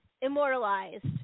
immortalized